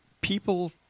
people